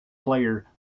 player